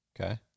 Okay